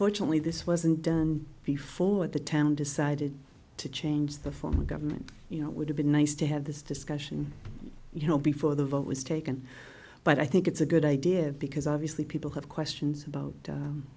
unfortunately this wasn't done before the town decided to change the form of government you know it would have been nice to have this discussion you know before the vote was taken but i think it's a good idea because obviously people have questions about